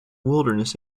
wilderness